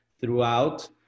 throughout